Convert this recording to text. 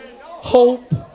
hope